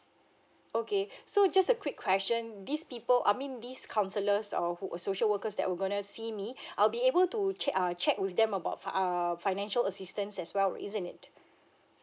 okay so just a quick question these people I mean these counsellors or who social workers that were gonna see me I'll be able to check uh check with them about fi~ err financial assistance as well isn't it